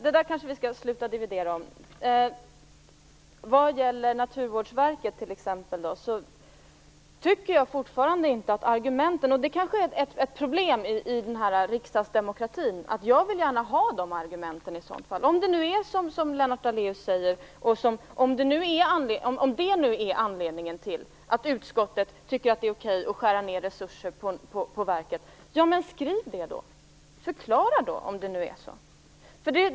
Det kanske vi skall sluta dividera om. Vad gäller Naturvårdsverket kan jag säga att jag fortfarande inte tycker att argumenten är tillräckliga. Det kanske är ett problem i riksdagsdemokratin. Jag vill gärna höra argumenten. Om det är som Lennart Daléus säger - om det han talar om är anledningen till att utskottet tycker att det är okej att skära ned resurser på verket - tycker jag att man skall skriva det! Förklara det, om det nu är så.